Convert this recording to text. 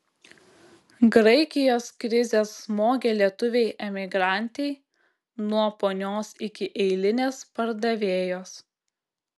graikijos krizė smogė lietuvei emigrantei nuo ponios iki eilinės pardavėjos